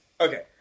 Okay